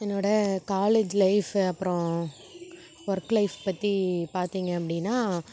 என்னோடய college life அப்பறம் work life பற்றி பார்த்தீங்க அப்படின்னா